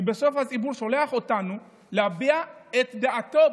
כי בסוף הציבור שולח אותנו להביע את דעתו,